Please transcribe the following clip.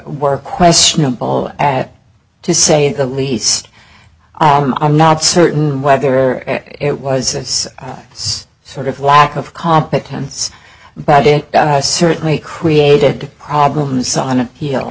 were questionable at to say the least i'm not certain whether it was it's sort of lack of competence but it certainly created problems on appeal